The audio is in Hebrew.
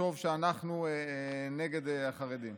לחשוב שאנחנו נגד החרדים?